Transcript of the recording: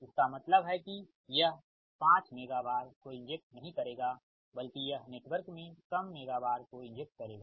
इसका मतलब है कि यह 5 मेगा VAR को इंजेक्ट नहीं करेगा बल्कि यह नेटवर्क में कम मेगावॉर को इंजेक्ट करेगा